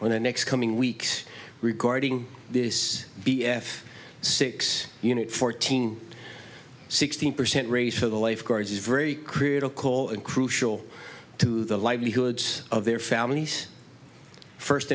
in the next coming weeks regarding this b s six unit fourteen sixteen percent raise for the lifeguards is very critical and crucial to the livelihoods of their families first